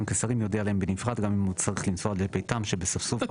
כשרים יודיע להם בנפרד גם אם הוא צריך לנסוע לביתם שבספסופה'.